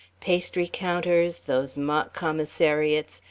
pastry counters, those mock commissariats,